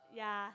ya